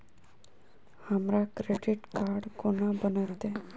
हमरा credit card कोना बनतै?